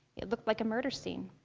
it looked like a murder scene.